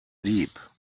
deep